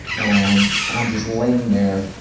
and, and i'm just laying there.